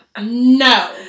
No